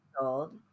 old